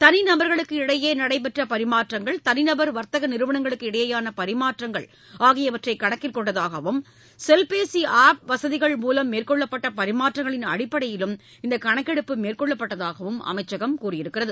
தனி நபர்களுக்கு இடையே நடைபெற்ற பரிமாற்றங்கள் தனி நபர் வர்த்தக நிறுவனங்களுக்கு இடையேயான பரிமாற்றங்கள் ஆகியவற்றை கணக்கில் எடுத்ததாகவும் செல்பேசி ஆப் வசதிகள் மூலம் மேற்கொள்ளப்பட்ட பரிமாற்றங்களின் அடிப்படையிலும் இந்தக் கணக்கெடுப்பு மேற்கொள்ளப்பட்டதாக அமைச்சகம் தெரிவித்துள்ளது